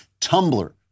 Tumblr